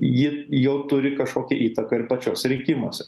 ji jau turi kažkokią įtaką ir pačiuose rinkimuose